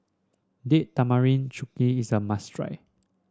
Date Tamarind Chutney is a must try